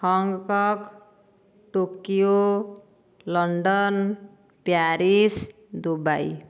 Hong Kong Tokyo London Paris Dubai